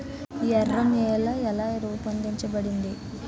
ఎర్ర నేల ఎలా రూపొందించబడింది?